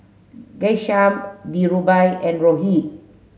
Ghanshyam Dhirubhai and Rohit